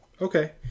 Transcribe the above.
okay